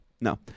No